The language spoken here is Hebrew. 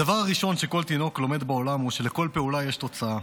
הדבר הראשון שכל תינוק לומד בעולם הוא שלכל פעולה יש תוצאה.